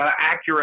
accurate